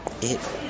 It